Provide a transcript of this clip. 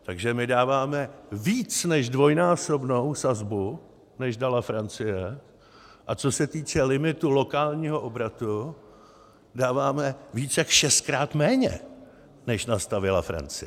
Takže my dáváme víc než dvojnásobnou sazbu, než dala Francie, a co se týče limitu lokálního obratu, dáváme více než šestkrát méně, než nastavila Francie.